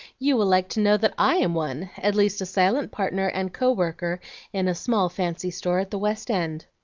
you will like to know that i am one, at least a silent partner and co-worker in a small fancy store at the west end.